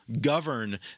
govern